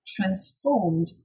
transformed